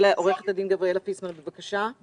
עו"ד גבריאלה פיסמן, בבקשה,